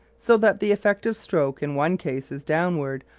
so that the effective stroke in one case is downward,